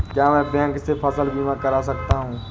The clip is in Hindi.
क्या मैं बैंक से फसल बीमा करा सकता हूँ?